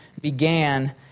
began